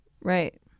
Right